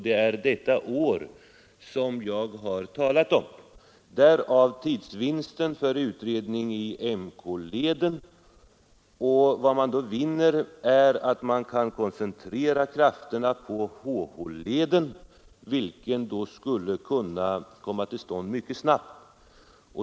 Det är detta år jag har talat om. Därav kommer tidsvinsten för utredning om KM-leden. Vad man då vinner är att krafterna kan koncentreras på HH-leden, vilken skulle kunna komma till stånd mycket snabbt.